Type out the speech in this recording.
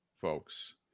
folks